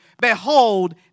Behold